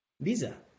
visa